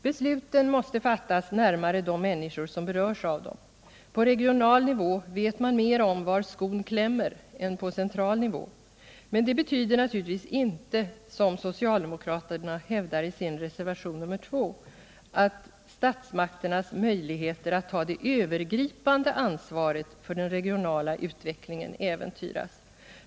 Besluten måste fattas närmare de människor som berörs av dem. På regional nivå vet man mer om ”var skon klämmer” än på central nivå, men det betyder naturligtvis inte, som socialdemokraterna hävdar i reservationen 2,att statsmakternas möjligheter att ta det övergripande ansvaret för den regionala utvecklingen äventyras.